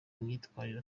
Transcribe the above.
imyitwarire